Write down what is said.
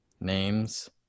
names